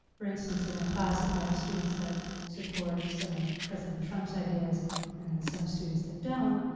for instance, in a class if i have students that support some of president trump's ideas and some students that don't,